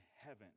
heaven